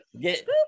Get